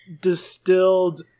distilled